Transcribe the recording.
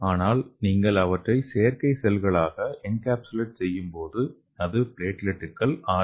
ஆனால் நீங்கள் அவற்றை செயற்கை செல்களாக என்கேப்சுலேட் செய்யும்போது அது பிளேட்லெட்டுகள் ஆர்